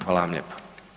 Hvala vam lijepo.